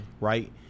right